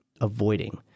avoiding